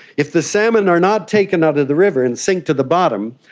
if the salmon are not taken out of the river and sink to the bottom,